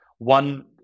One